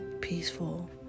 peaceful